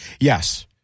yes